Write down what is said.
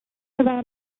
about